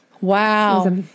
Wow